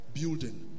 building